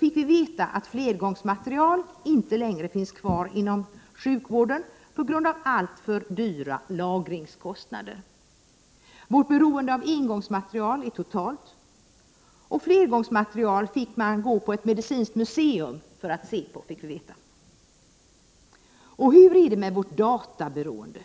fick vi veta att flergångsmaterial inte längre finns kvar inom sjukvården på grund av alltför dyra lagringskostnader. Vårt beroende av engångsmaterial är totalt. För att få se flergångsmaterial måste man gå till ett medicinskt museum, fick vi veta. Och hur är det med vårt databeroende?